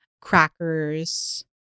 crackers